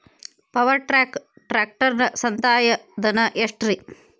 Power track ಟ್ರ್ಯಾಕ್ಟರನ ಸಂದಾಯ ಧನ ಎಷ್ಟ್ ರಿ?